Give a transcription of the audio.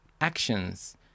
actions